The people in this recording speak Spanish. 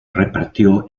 repartió